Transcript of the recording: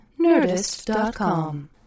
nerdist.com